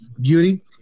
beauty